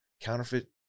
counterfeit